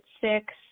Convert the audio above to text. six